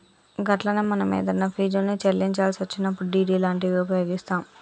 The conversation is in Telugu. గట్లనే మనం ఏదన్నా ఫీజుల్ని చెల్లించాల్సి వచ్చినప్పుడు డి.డి లాంటివి ఉపయోగిస్తాం